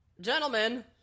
Gentlemen